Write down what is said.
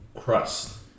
crust